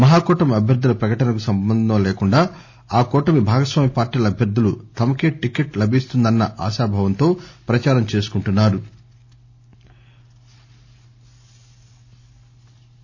మహాకూటమి అభ్యర్దుల ప్రకటనకు సంబంధం లేకుండా ఆ కూటమి భాగస్వామ్య పార్టీల అభ్యర్దులు తమకే టిక్కెట్ లభిస్తుందన్న ఆశాభావంతో ప్రచారం చేసుకుంటున్సారు